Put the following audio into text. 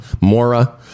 mora